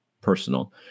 personal